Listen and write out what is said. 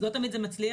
לא תמיד זה מצליח,